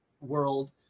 world